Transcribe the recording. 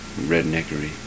redneckery